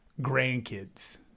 grandkids